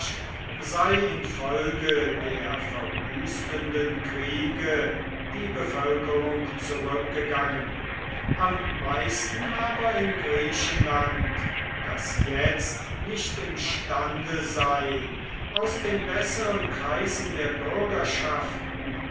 sei infolge der verwüstenden kriege die bevölkerung zurückgegangen am meisten aber in griechenland das jetzt nicht imstande sei aus den besseren kreisen der bürgerschaften